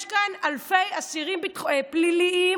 יש כאן אלפי אסירים פליליים